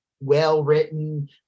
well-written